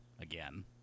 again